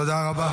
תודה רבה.